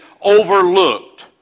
overlooked